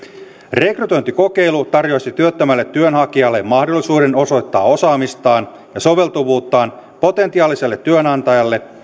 rekrytointikokeilu tarjoaisi työttömälle työnhakijalle mahdollisuuden osoittaa osaamistaan ja soveltuvuuttaan potentiaaliselle työnantajalle